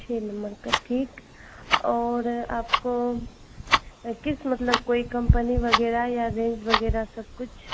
छह नम्बर का ठीक और आपको किस मतलब कोई कम्पनी वगैरह या रेन्ज वगेरह सब कुछ